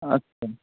আচ্ছা